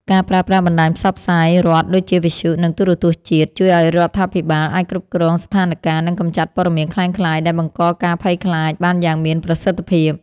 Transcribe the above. ការប្រើប្រាស់បណ្ដាញផ្សព្វផ្សាយរដ្ឋដូចជាវិទ្យុ និងទូរទស្សន៍ជាតិ ជួយឱ្យរដ្ឋាភិបាលអាចគ្រប់គ្រងស្ថានការណ៍ និងកម្ចាត់ព័ត៌មានក្លែងក្លាយដែលបង្កការភ័យខ្លាចបានយ៉ាងមានប្រសិទ្ធភាព។